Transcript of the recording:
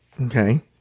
Okay